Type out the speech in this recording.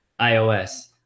iOS